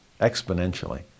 exponentially